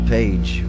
Page